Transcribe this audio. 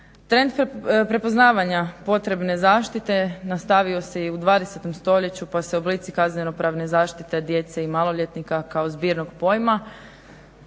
Trend prepoznavanja potrebne zaštite nastavio se i u 20.stoljeću pa se oblici kaznenopravne zaštite djece i maloljetnika kao zbirnog pojma